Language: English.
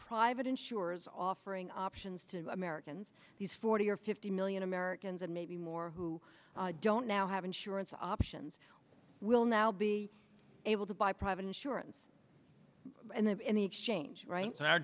private insurers offering options to americans these forty or fifty million americans and maybe more who don't now have insurance options will now be able to buy private insurance and then in the exchange right in our